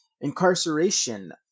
Incarceration